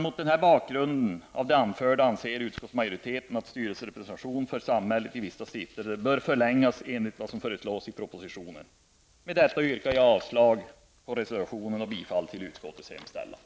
Mot bakgrund av det anförda anser utskottsmajoriteten att styrelserepresentation för samhället i vissa stiftelser bör förlängas enligt vad som föreslås i propositionen. Med det anförda yrkar jag avslag på reservationen och bifall till utskottets hemställan.